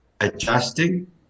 adjusting